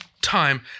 time